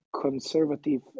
conservative